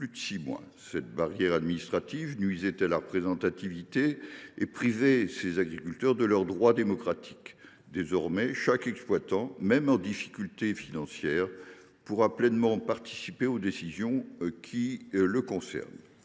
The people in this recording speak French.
cotisations. Cette barrière administrative nuisait à la représentativité et privait certains agriculteurs de leurs droits démocratiques. Désormais, chaque exploitant, même en difficulté financière, pourra pleinement participer aux décisions qui les concernent.